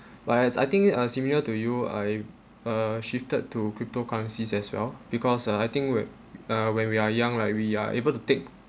but as I think it uh similar to you I uh shifted to cryptocurrencies as well because uh I think we uh when we are young like we are able to take